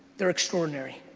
they're extraordinary.